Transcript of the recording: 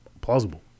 plausible